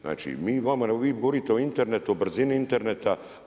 Znači mi vama, vi govorite o internetu, o brzini interneta.